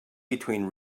between